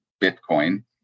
Bitcoin